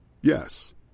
Yes